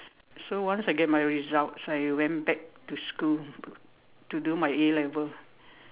so once I get my results I went back to school to do my A-level